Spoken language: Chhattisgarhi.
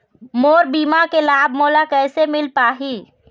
मोर बीमा के लाभ मोला कैसे मिल पाही?